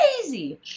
crazy